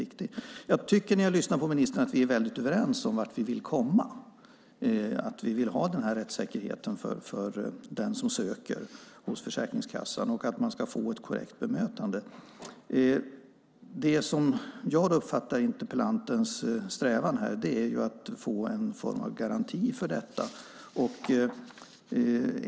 När jag lyssnar på ministern tycker jag att vi är väldigt överens om vart vi vill komma. Vi vill ha rättssäkerhet för den som söker hos Försäkringskassan och att man ska få ett korrekt bemötande. Det jag uppfattar som interpellantens strävan är att få en form av garanti för detta.